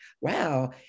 wow